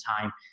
time